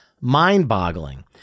mind-boggling